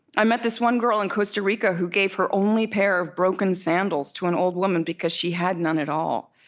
i met this one girl in costa rica who gave her only pair of broken sandals to an old woman, because she had none at all.